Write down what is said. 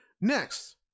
Next